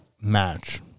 match